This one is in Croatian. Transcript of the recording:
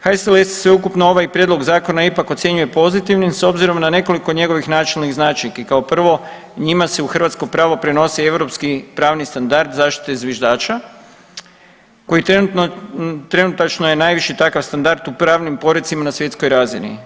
HSLS sveukupno ovaj prijedlog zakona ipak ocjenjuje pozitivnim s obzirom na nekoliko njegovih načelnih značajki, kao prvo njima se u hrvatsko pravo prenosi europski pravni standard zaštite zviždača koji trenutno, trenutačno je najviši takav standard u pravnim porecima na svjetskoj razini.